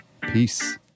Peace